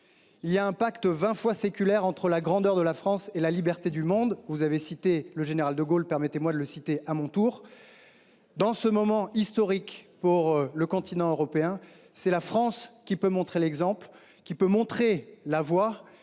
Il y a un pacte vingt fois séculaire entre la grandeur de la France et la liberté du monde. » Vous avez cité le général de Gaulle : permettez moi de le citer à mon tour. Dans ce moment historique pour le continent européen, c’est la France qui peut montrer la voie. Le monde connaît